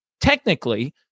Technically